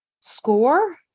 score